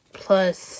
plus